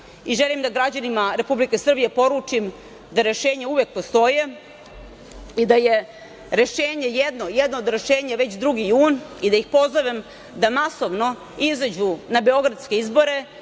Želim da građanima Republike Srbije poručim da rešenja uvek postoje i da je jedno od rešenja već 2. jun i da ih pozovem da masovno izađu na beogradske izbore